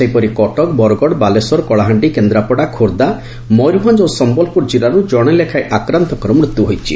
ସେହିପରି କଟକ ବରଗଡ଼ ବାଲେଶ୍ୱର କଳାହାଣ୍ଡି କେନ୍ଦ୍ରାପଡ଼ା ଖୋର୍ବ୍ବା ମୟୁରଭଞ୍ ଓ ସମ୍ମଲପୁର ଜିଲ୍ଲାରୁ ଜଣେ ଲେଖାଏଁ ଆକ୍ରାନ୍ଡଙ୍କ ମୃତ୍ୟୁ ହୋଇଛି